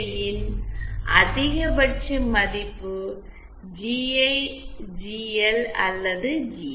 யின் அதிகபட்ச மதிப்பு ஜிஐ ஜிஎல் அல்லது ஜிஎஸ்